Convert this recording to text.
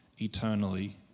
eternally